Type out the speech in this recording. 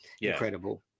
incredible